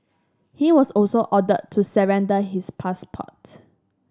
he was also ordered to surrender his passport